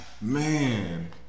Man